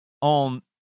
on